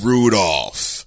Rudolph